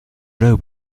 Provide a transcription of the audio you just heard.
row